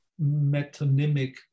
metonymic